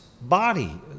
body